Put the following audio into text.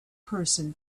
person